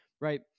right